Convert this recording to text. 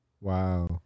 Wow